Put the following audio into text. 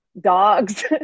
dogs